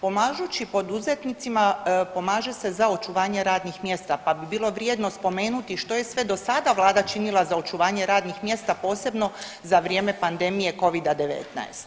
Pomažući poduzetnicima pomaže se za očuvanje radnih mjesta pa bi bilo vrijedno spomenuti što je sve dosada vlada činila za očuvanje radnih mjesta posebno za vrijeme pandemije Covida-19.